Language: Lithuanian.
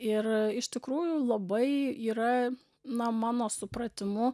ir iš tikrųjų labai yra na mano supratimu